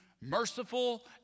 merciful